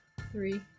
Three